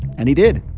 and he did.